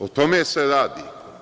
O tome se radi.